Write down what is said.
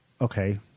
okay